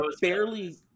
barely